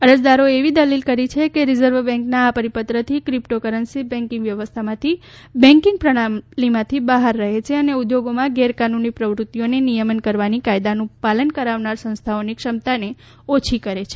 અરજદારોએ એવી દલીલ કરી છે કે રીઝર્વ બેંકના આ પરીપત્રથી ક્રિપ્ટો કરન્સી બેકીંગ વ્યવસ્થામાંથી બેન્કિંગ પ્રણાલીમાંથી બહાર રહે છે અને ઉદ્યોગમાં ગેરકાનૂની પ્રવૃતિઓનો નિયમન કરવાની કાયદાનું પાલન કરાવનાર સંસ્થાઓની ક્ષમતાને ઓછી કરે છે